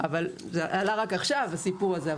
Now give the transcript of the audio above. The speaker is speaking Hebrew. אבל זה עלה רק עכשיו הסיפור הזה.